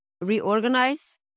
reorganize